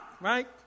right